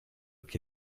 che